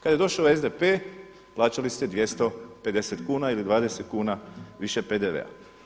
Kada je došao SDP-e plaćali ste 250 kuna ili 20 kuna više PDV-a.